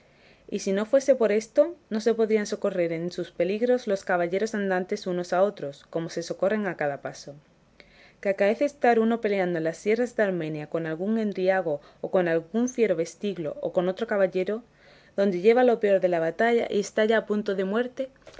y si no fuese por esto no se podrían socorrer en sus peligros los caballeros andantes unos a otros como se socorren a cada paso que acaece estar uno peleando en las sierras de armenia con algún endriago o con algún fiero vestiglo o con otro caballero donde lleva lo peor de la batalla y está ya a punto de muerte